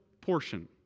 portion